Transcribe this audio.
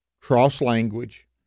cross-language